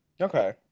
okay